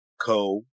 co